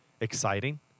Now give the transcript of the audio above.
exciting